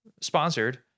sponsored